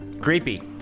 Creepy